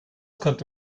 konnte